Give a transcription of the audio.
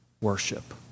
worship